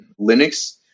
Linux